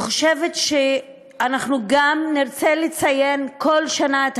אני חושבת שאנחנו גם נרצה לציין כל שנה את